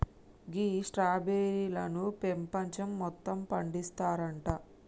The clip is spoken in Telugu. గీ స్ట్రాబెర్రీలను పెపంచం మొత్తం పండిస్తారంట